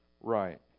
right